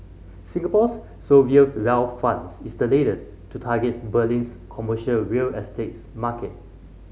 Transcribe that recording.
Singapore's wealth funds is the latest to targets Berlin's commercial real market